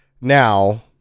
Now